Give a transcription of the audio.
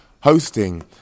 hosting